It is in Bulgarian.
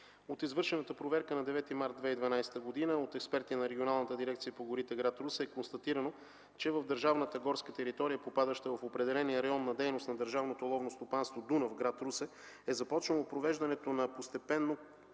От извършената проверка на 9 март 2012 г. от експерти на Регионалната дирекция по горите – гр. Русе е констатирано, че в държавната горска територия, попадаща в определения район на дейност на Държавното ловно стопанство „Дунав” – гр. Русе, е започнало провеждането на постепенно